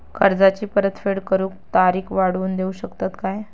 कर्जाची परत फेड करूक तारीख वाढवून देऊ शकतत काय?